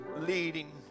leading